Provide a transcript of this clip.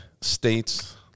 states